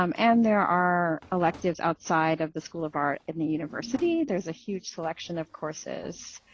um and there are electives outside of the school of art in the university, there's a huge selection of courses.